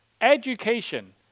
Education